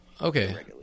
Okay